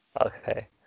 Okay